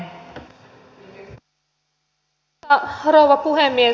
arvoisa rouva puhemies